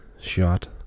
shot